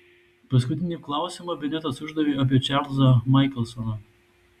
paskutinį klausimą benetas uždavė apie čarlzą maikelsoną